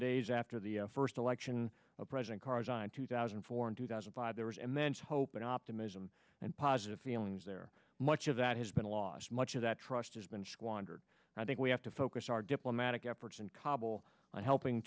days after the first election of president karzai in two thousand and four and two thousand five there was and then hope and optimism and positive feelings there much of that has been lost much of that trust has been squandered and i think we have to focus our diplomatic efforts in kabul on helping